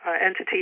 entity